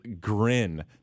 grin